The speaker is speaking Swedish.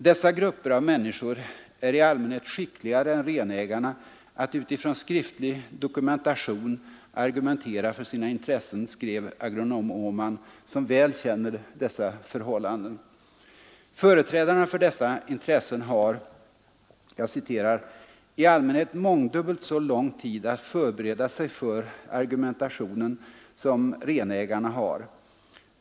”Dessa grupper av människor är i allmänhet skickligare än renägarna att, utifrån skriftlig dokumentation, argumentera för sina intressen”, skrev agronom Åhman, som väl känner dessa förhållanden. Företrädarna för dessa intressen har ”i allmänhet mångdubbelt så lång tid att förbereda sig för argumentationen som renägarna har.